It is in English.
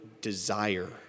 desire